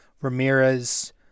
Ramirez